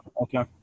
okay